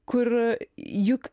kur juk